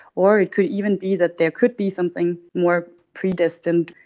or it could even be that there could be something more predestined.